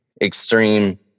extreme